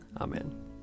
Amen